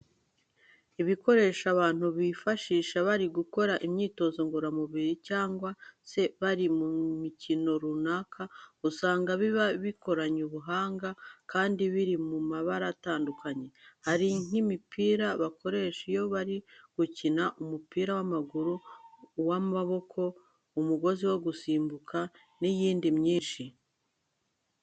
Ibikoresho abantu bifashisha bari gukora imyitozo ngororamubiri cyangwa se bari mu mikino runaka, usanga biba bikoranye ubuhanga kandi biri mu mabara atandukanye. Hari nk'imipira bakoresha iyo bari gukina umupira w'amaguru, uw'amaboko, umugozi wo gusimbuka n'iyindi myinshi.